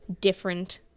different